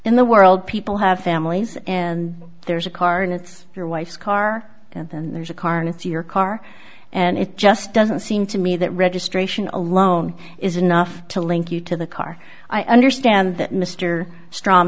in the world people have families and there's a car and it's your wife's car and then there's a carnage to your car and it just doesn't seem to me that registration alone is enough to link you to the car i understand that mr str